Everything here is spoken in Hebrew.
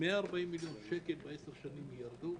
140 מיליון שקל ב-10 שנים ירדו.